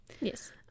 yes